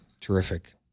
terrific